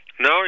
no